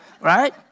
right